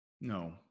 No